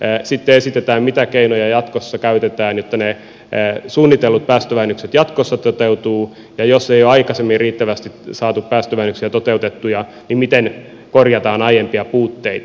sitten esitetään mitä keinoja jatkossa käytetään jotta ne suunnitellut päästövähennykset jatkossa toteutuvat ja jos ei ole aikaisemmin riittävästi saatu päästövähennyksiä toteutettua niin miten korjataan aiempia puutteita